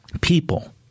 people